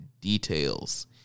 details